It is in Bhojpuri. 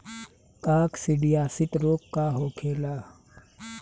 काकसिडियासित रोग का होखेला?